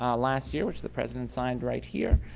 ah last year, which the president signed right here,